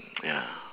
ya